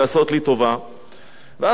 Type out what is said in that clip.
וגם אז כמה מראיינים נגדי.